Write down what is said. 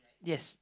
yes